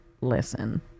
Listen